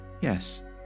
yes